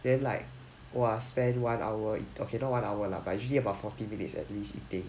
then like !wah! spend one hour okay not one hour lah but usually about forty minutes at least eating